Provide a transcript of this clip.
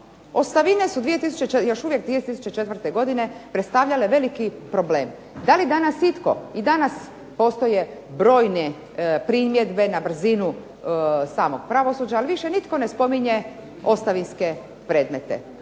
Ostavine su još uvijek 2004. godine predstavljale veliki problem. Da li danas itko, i danas postoje brojne primjedbe na brzinu samog pravosuđa, ali više nitko ne spominje ostavinske predmete